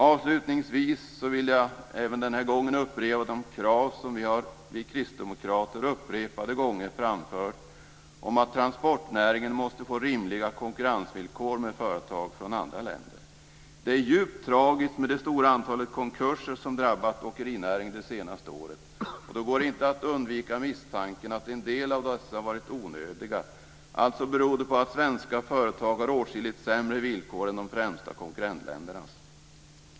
Avslutningsvis vill jag även den här gången upprepa de krav som vi kristdemokrater upprepade gånger har framfört om att transportnäringen måste få rimliga konkurrensvillkor i jämförelse med företag i andra länder. Det är djupt tragiskt med det stora antalet konkurser som drabbat åkerinäringen det senaste året. Det går inte att undvika misstanken att en del av dessa varit onödiga och berodde på att svenska företag har åtskilligt sämre villkor än företag i de främsta konkurrentländerna.